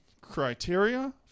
criteria